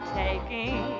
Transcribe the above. taking